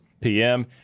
PM